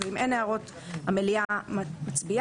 ואם אין הערות המליאה מצביעה,